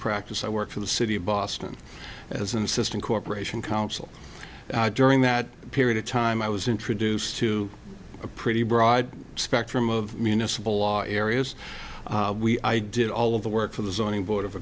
practice i worked for the city of boston as an assistant corporation counsel during that period of time i was introduced to a pretty broad spectrum of municipal law areas we i did all of the work for the zoning board of